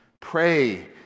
pray